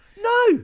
No